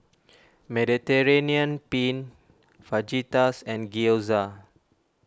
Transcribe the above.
Mediterranean Penne Fajitas and Gyoza